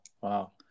Wow